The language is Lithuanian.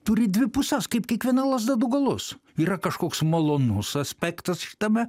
turi dvi puses kaip kiekviena lazda du galus yra kažkoks malonus aspektas šitame